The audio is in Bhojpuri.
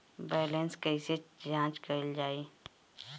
बैलेंस कइसे जांच कइल जाइ?